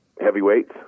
heavyweights